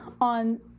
On